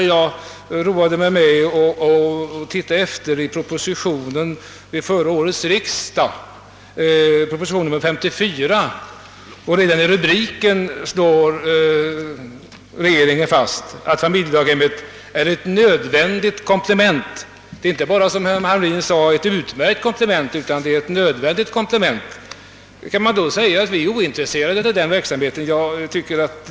Jag har roat mig med att titta efter i proposition nr 54 vid förra årets riksdag, och redan i en rubrik slår regeringen fast att familjedaghemmen är ett nödvändigt komplement — inte bara ett utmärkt komplement, som herr Hamrin sade. Hur kan man då säga att vi är ointresserade av den verksamheten?